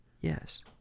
yes